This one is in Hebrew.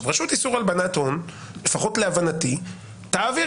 רשות איסור הלבנת הון, לפחות להבנתי, תעביר